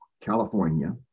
California